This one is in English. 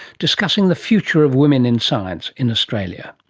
discussing the future of women in science in australia.